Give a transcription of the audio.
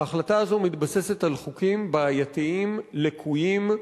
ההחלטה הזאת מתבססת על חוקים בעייתיים, לקויים,